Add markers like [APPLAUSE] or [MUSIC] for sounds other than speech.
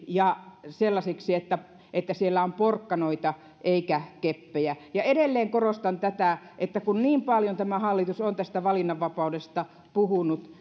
ja sellaisiksi että että siellä on porkkanoita eikä keppejä ja edelleen korostan että kun niin paljon tämä hallitus on valinnanvapaudesta puhunut [UNINTELLIGIBLE]